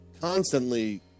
constantly